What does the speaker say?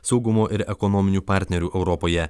saugumo ir ekonominių partnerių europoje